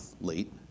late